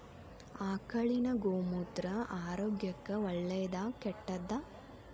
ಆಕಳಿನ ಗೋಮೂತ್ರ ಆರೋಗ್ಯಕ್ಕ ಒಳ್ಳೆದಾ ಕೆಟ್ಟದಾ?